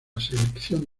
selección